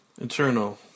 Internal